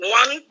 one